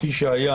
כפי שהיה